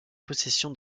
possession